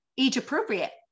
age-appropriate